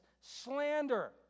slander